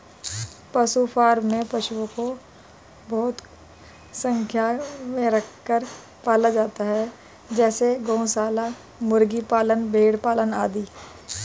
पशु फॉर्म में पशुओं को बहुत संख्या में रखकर पाला जाता है जैसे गौशाला, मुर्गी पालन, भेड़ पालन आदि